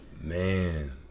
man